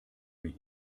mich